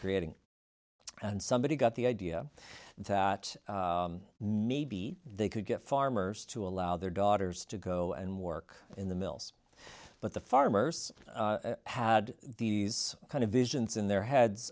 creating and somebody got the idea that they could get farmers to allow their daughters to go and work in the mills but the farmers had these kind of visions in their heads